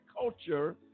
culture